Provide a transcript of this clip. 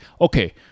Okay